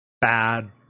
bad